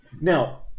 Now